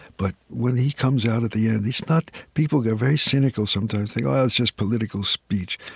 but when he comes out at the end, it's not people get very cynical sometimes, think, oh, it's just political speech.